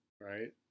right